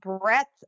breadth